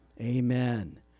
Amen